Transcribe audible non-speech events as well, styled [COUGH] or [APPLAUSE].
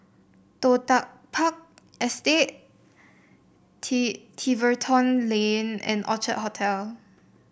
Toh Tuck Park Estate [UNINTELLIGIBLE] Tiverton Lane and Orchard Hotel